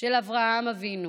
של אברהם אבינו